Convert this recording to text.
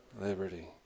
Liberty